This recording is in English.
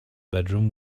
bedroom